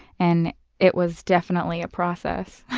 and it was definitely a process.